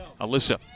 Alyssa